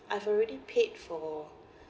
I've already paid for